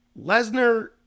Lesnar